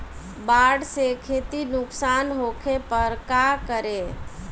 बाढ़ से खेती नुकसान होखे पर का करे?